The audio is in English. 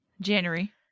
january